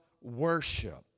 worship